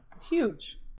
Huge